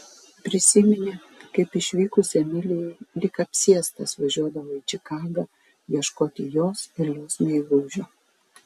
prisiminė kaip išvykus emilijai lyg apsėstas važiuodavo į čikagą ieškoti jos ir jos meilužio